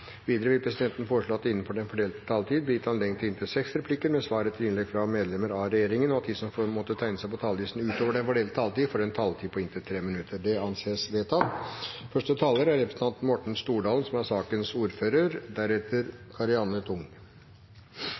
Videre vil presidenten foreslå at det blir gitt anledning til inntil seks replikker med svar etter innlegg av medlem av regjeringen innenfor den fordelte taletid, og at de som måtte tegne seg på talerlisten utover den fordelte taletid, får en taletid på inntil 3 minutter. – Det anses vedtatt.